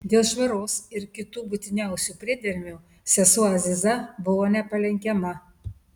dėl švaros ir kitų būtiniausių priedermių sesuo aziza buvo nepalenkiama